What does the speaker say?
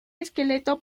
esqueleto